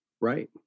Right